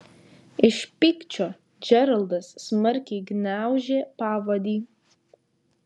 iš pykčio džeraldas smarkiai gniaužė pavadį